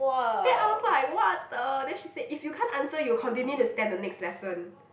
then I was like what the then she said if you can't answer you continue to stand the next lesson